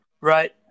Right